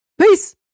Peace